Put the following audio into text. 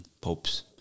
popes